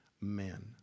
men